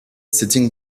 sitting